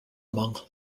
among